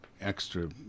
extra